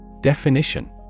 Definition